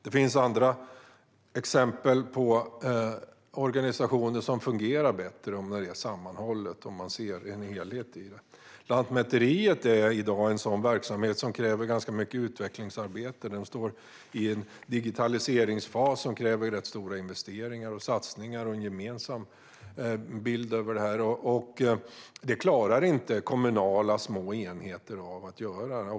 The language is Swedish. Det finns andra exempel på organisationer som fungerar bättre om det hela är sammanhållet och om man ser det som en helhet. Lantmäteriet är i dag en verksamhet som kräver mycket utvecklingsarbete. Myndigheten står i en digitaliseringsfas som kräver stora investeringar och satsningar utifrån en gemensam bild. Detta klarar inte små kommunala enheter att göra.